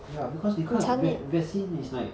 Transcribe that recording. ya because 你看 vac~ vaccine is like